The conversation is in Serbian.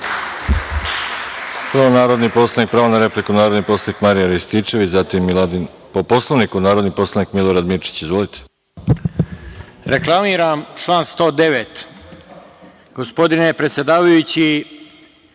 Reklamiram član 109.Gospodine predsedavajući,